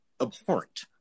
abhorrent